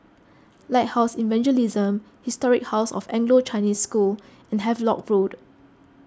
Lighthouse Evangelism Historic House of Anglo Chinese School and Havelock Road